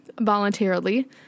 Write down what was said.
voluntarily